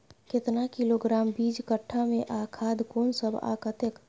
केतना किलोग्राम बीज कट्ठा मे आ खाद कोन सब आ कतेक?